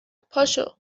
پاشو